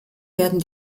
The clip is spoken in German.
werden